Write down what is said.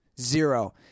Zero